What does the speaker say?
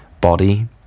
body